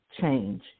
change